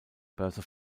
börse